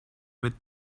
mit